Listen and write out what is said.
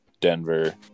Denver